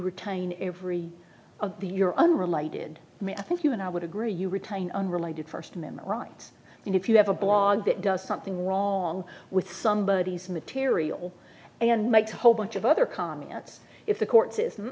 retain every of the year unrelated i think you and i would agree you retain unrelated first amendment rights and if you have a blog that does something wrong with somebodies material and makes a whole bunch of other comments if the court says